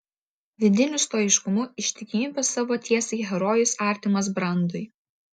vidiniu stoiškumu ištikimybe savo tiesai herojus artimas brandui